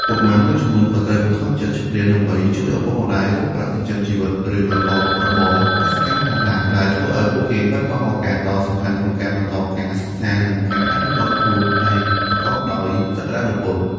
កុមារមួយចំនួនក៏ត្រូវបង្ខំចិត្ត ឈប់រៀន ដើម្បីជួយឪពុកម្តាយរកប្រាក់ចិញ្ចឹមជីវិត ឬប្រកបរបរកសិកម្មផងដែរ ដែលធ្វើឱ្យពួកគេបាត់បង់ឱកាសដ៏សំខាន់ក្នុងការបន្តការសិក្សា និងការអភិវឌ្ឍខ្លួនឯងប្រកបដោយសក្តានុពល។